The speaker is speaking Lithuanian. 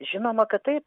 žinoma kad taip